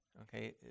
okay